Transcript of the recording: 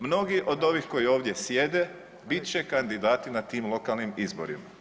Mnogi od ovih koji ovdje sjede bit će kandidati na tim lokalnim izborima.